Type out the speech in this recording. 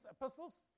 epistles